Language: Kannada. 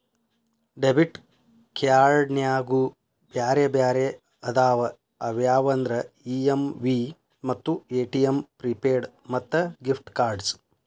ಡೆಬಿಟ್ ಕ್ಯಾರ್ಡ್ನ್ಯಾಗು ಬ್ಯಾರೆ ಬ್ಯಾರೆ ಅದಾವ ಅವ್ಯಾವಂದ್ರ ಇ.ಎಮ್.ವಿ ಮತ್ತ ಎ.ಟಿ.ಎಂ ಪ್ರಿಪೇಯ್ಡ್ ಮತ್ತ ಗಿಫ್ಟ್ ಕಾರ್ಡ್ಸ್